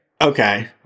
Okay